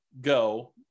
go